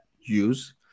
use